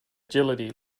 agility